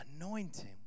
Anointing